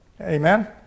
Amen